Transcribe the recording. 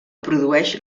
produeix